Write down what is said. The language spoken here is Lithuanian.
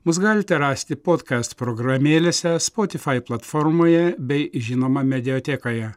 mus galite rasti podcast programėlėse spotify platformoje bei žinoma mediatekoje